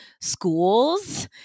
schools